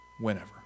whenever